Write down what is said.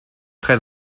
très